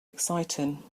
exciting